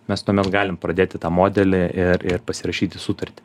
mes tuomet galim pradėti tą modelį ir ir pasirašyti sutartį